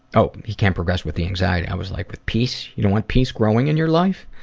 oh, he can't progress with the anxiety, i was like with peace? you don't want peace growing in your life?